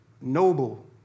noble